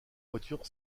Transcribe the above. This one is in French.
voiture